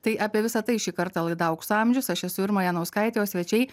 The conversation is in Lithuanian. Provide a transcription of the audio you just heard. tai apie visa tai šį kartą laida aukso amžius aš esu irma janauskaitė o svečiai